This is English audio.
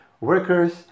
workers